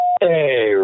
Hey